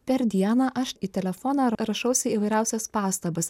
per dieną aš į telefoną rašausi įvairiausias pastabas